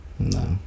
No